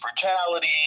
brutality